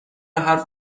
حرف